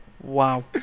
Wow